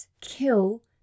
kill